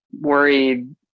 worried